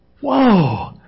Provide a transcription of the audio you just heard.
Whoa